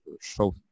show